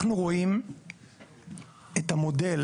אנחנו רואים את המודל,